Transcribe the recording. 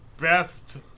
best